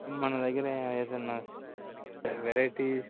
మన దగ్గర ఏదైనా వెరైటీస్